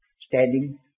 standing